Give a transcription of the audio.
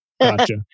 Gotcha